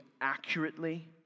accurately